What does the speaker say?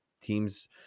teams